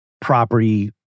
property